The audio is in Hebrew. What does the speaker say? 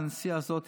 מהנסיעה הזאת,